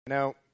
Now